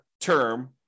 term